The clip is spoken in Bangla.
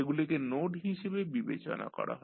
এগুলিকে নোড হিসাবে বিবেচনা করা হয়